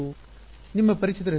ನಿಮ್ಮ ಅಪರಿಚಿತರು ಹೆಚ್ಚುತ್ತಾರೆಯೇ